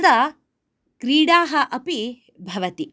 अत्र क्रीडाः अपि भवति